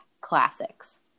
classics